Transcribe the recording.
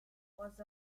was